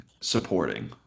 supporting